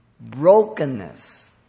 brokenness